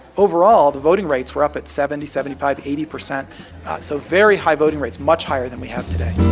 overall, the voting rates were up at seventy, seventy five, eighty percent so very high voting rates, much higher than we have today